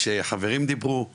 שיש שיח ציבורי תומך,